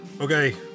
okay